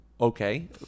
Okay